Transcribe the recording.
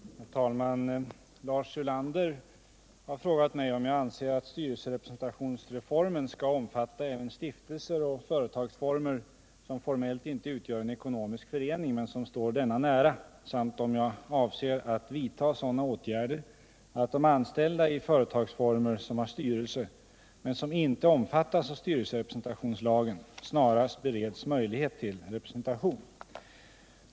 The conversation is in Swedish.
Herr talman! Lars Ulander har frågat mig om jag anser att styrelserepresentationsreformen skall omfatta även stiftelser och företagsformer som formellt inte utgör en ekonomisk förening men som står denna nära samt om jag avser att vidta sådana åtgärder att de anställda i företagsformer, som har styrelse men som inte omfattas av styrelserepresentationslagen, snarast bereds möjlighet till representation.